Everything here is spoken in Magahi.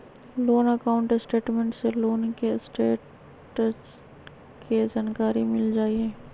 लोन अकाउंट स्टेटमेंट से लोन के स्टेटस के जानकारी मिल जाइ हइ